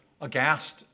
aghast